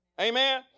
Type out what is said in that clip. amen